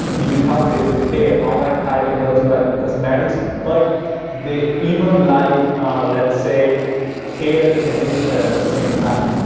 you tell facebook, hey, i want to target girls who like cosmetics, but they even like let's say hair conditioner at the same time.